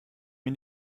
mir